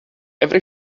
every